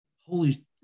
Holy